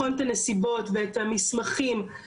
וממש סיפורים,